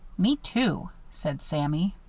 me, too, said sammie.